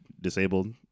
disabled